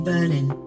Berlin